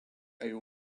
isle